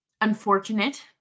unfortunate